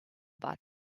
about